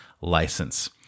License